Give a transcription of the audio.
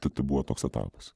tada buvo toks etapas